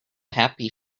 happy